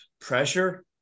pressure